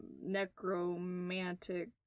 necromantic